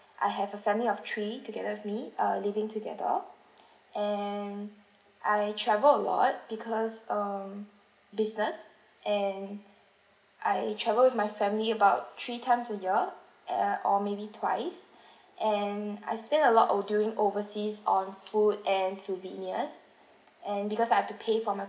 I have a family of three together with me uh living together and I travel a lot because um business and I travel with my family about three times a year eh or maybe twice and I spend a lot o~ during overseas on food and souvenirs and because I've to pay for my